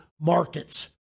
markets